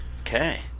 Okay